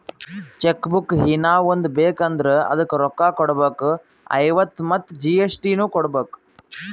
check book ಹೀನಾ ಒಂದ್ ಬೇಕ್ ಅಂದುರ್ ಅದುಕ್ಕ ರೋಕ್ಕ ಕೊಡ್ಬೇಕ್ ಐವತ್ತ ಮತ್ ಜಿ.ಎಸ್.ಟಿ ನು ಕೊಡ್ಬೇಕ್